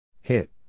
Hit